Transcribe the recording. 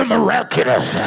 miraculous